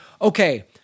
okay